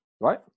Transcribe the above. right